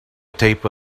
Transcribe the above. tape